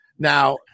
Now